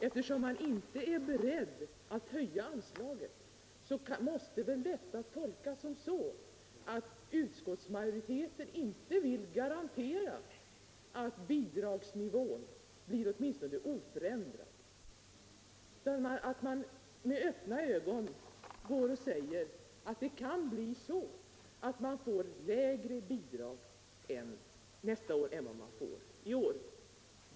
Eftersom man inte är beredd att höja anslaget måste väl detta tolkas så att utskottsmajoriteten inte vill garantera att bidragsnivån kan upprätthållas utan att man medger att det kan bli lägre bidrag nästa år.